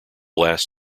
last